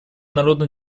народно